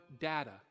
data